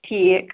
ٹھیٖک